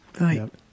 Right